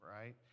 right